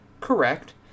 correct